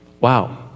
Wow